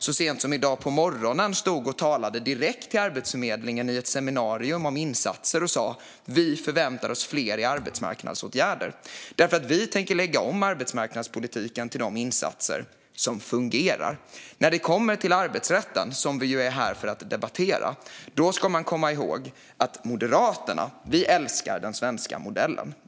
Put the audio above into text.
Så sent som i dag på morgonen stod och talade man direkt till Arbetsförmedlingen i ett seminarium om insatser och sa: Vi förväntar oss fler i arbetsmarknadsåtgärder, för vi tänker lägga om arbetsmarknadspolitiken till de insatser som fungerar. När det kommer till arbetsrätten, som vi är här för att debattera, ska man komma ihåg att vi i Moderaterna älskar den svenska modellen.